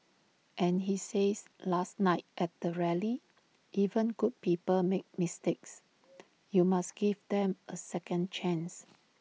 and he says last night at the rally even good people make mistakes you must give them A second chance